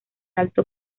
alto